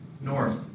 north